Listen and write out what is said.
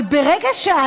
אבל ברגע שעל